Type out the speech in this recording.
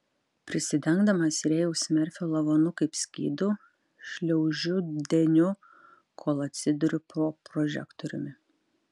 prisidengdamas rėjaus merfio lavonu kaip skydu šliaužiu deniu kol atsiduriu po prožektoriumi